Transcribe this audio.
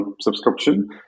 subscription